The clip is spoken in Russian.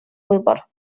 выбор